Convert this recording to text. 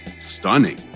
stunning